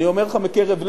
אני אומר לך מקרב לב: